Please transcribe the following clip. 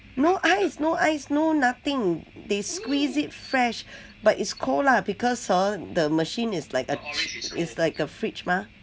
no ice no ice no nothing they squeeze it fresh but it's cold lah because hor the machine is like a is like a fridge mah